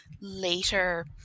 later